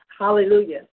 Hallelujah